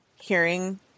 hearing